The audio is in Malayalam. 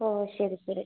ഓ ശരി ശരി